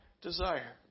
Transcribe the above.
desire